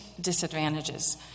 disadvantages